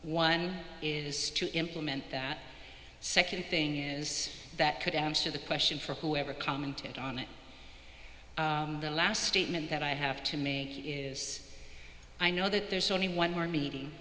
one is to implement that second thing is that could answer the question for whoever commented on the last statement that i have to make i know that there's only one more meeting